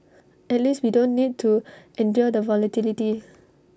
at least we don't need to endure the volatility